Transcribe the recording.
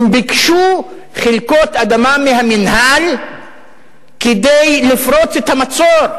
הם ביקשו חלקות אדמה מהמינהל כדי לפרוץ את המצור,